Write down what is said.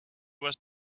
was